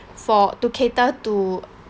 for to cater to